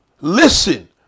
Listen